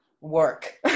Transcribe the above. work